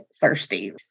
thirsty